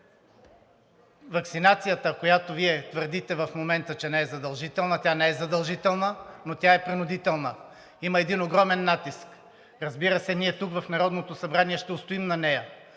Ваксинацията, за която Вие твърдите в момента, че не е задължителна – тя не е задължителна, но тя е принудителна. Има един огромен натиск. Разбира се, ние тук в Народното събрание ще устоим на нея,